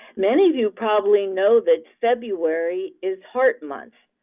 many of you probably know that february is heart month.